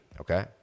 okay